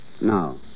Now